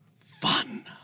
fun